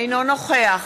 אינו נוכח